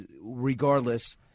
regardless